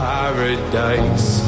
paradise